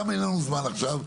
גם אין לנו זמן עכשיו,